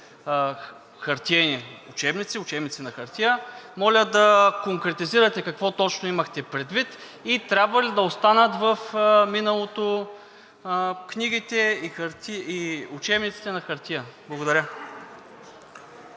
да получат учебници на хартия. Моля да конкретизирате какво точно имахте предвид и трябва ли да останат в миналото книгите и учебниците на хартия? Благодаря.